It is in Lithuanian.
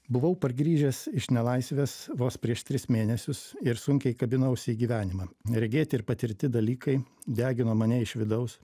buvau pargrįžęs iš nelaisvės vos prieš tris mėnesius ir sunkiai kabinausi į gyvenimą neregėti ir patirti dalykai degino mane iš vidaus